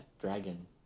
dragon